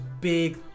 big